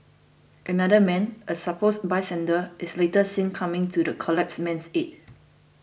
another man a supposed bystander is later seen coming to the collapsed man's aid